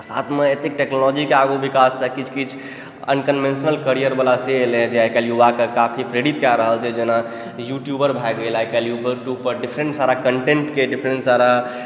साथमे एतेक टेक्नोलॉजी के आगू विकास से किछ किछ अनकन्वेंशनल करियर वला से एलैहें जे आइकालि युवाके काफी प्रेरित कए रहल छै जेना यूट्यूबर भए गेल आइकालि यूट्यूब पर डिफरेण्ट सारा कन्टेन्ट के डिफरेण्ट सारा